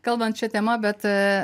kalbant šia tema bet